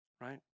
right